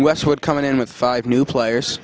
westwood coming in with five new players